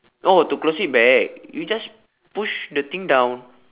oh to close it back you just push the thing down